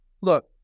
look